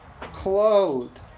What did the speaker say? Clothed